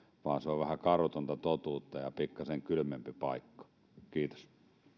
vaan se on vähän karutonta totuutta ja pikkasen kylmempi paikka kiitos